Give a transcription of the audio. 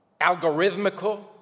algorithmical